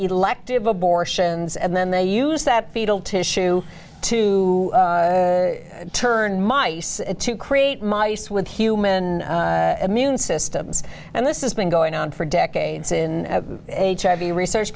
elective abortions and then they use that fetal tissue to turn mice to create mice with human immune systems and this is been going on for decades in hiv research